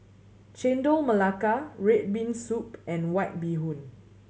Chendol Melaka red bean soup and White Bee Hoon